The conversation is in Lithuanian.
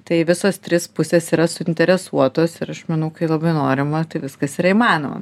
tai visos trys pusės yra suinteresuotos ir aš manau kai labai norima tai viskas yra įmanoma